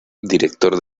director